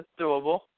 doable